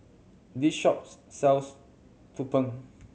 this shops sells tumpeng